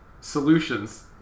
solutions